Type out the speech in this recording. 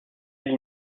lie